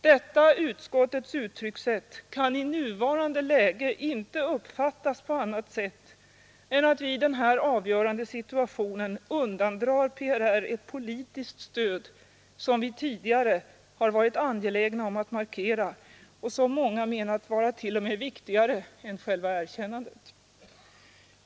Detta utskottets uttryckssätt kan i nuvarande läge inte uppfattas på annat sätt än att vi i den här situationen undandrar PRR ett politiskt stöd som vi tidigare varit angelägna om att markera och som många menar vara t.o.m. viktigare än själva erkännandet.